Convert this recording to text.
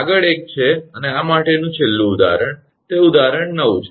આગળ એક છે અને આ માટેનું છેલ્લું ઉદાહરણ તે ઉદાહરણ નવ છે